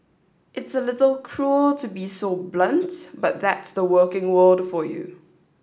it's a little cruel to be so blunt but that's the working world for you